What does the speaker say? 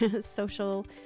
social